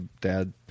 dad